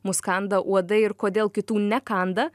mus kanda uodai ir kodėl kitų ne kanda